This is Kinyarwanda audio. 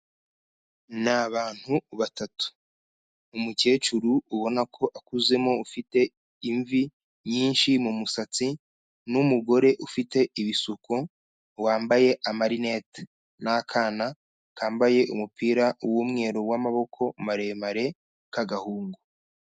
Ni abantu batatu. Umukecuru ubona ko akuzemo ufite imvi nyinshi mu musatsi n'umugore ufite ibisuko wambaye amarinete. N'akana kambaye umupira w'umweru w'amaboko maremare k'agahungu.